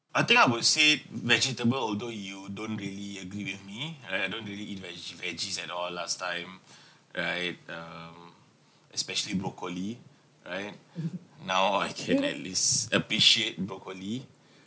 I think I would say vegetable although you don't really agree with me all right I don't really eat veggie~ veggies~ at all last time right um especially broccoli right now I can at least appreciate broccoli